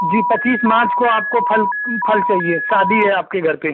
जी पच्चीस मार्च को आप को फल फल चाहिए शादी है आप के घर पर